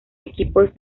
equipos